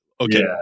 okay